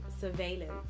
surveillance